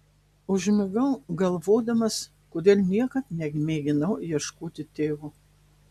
užmigau galvodamas kodėl niekad nemėginau ieškoti tėvo